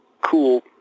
cool